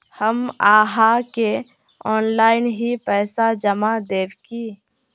हम आहाँ के ऑनलाइन ही पैसा जमा देब की?